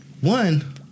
One